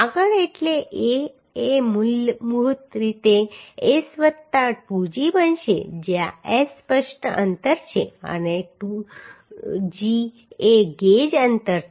આગળ એટલે a એ મૂળભૂત રીતે S વત્તા 2g બનશે જ્યાં S સ્પષ્ટ અંતર છે અને g એ ગેજ અંતર છે